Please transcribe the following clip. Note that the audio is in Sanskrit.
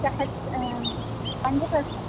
सहस्रं पञ्चसहस्रम्